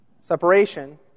separation